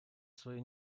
своею